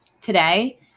Today